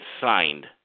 signed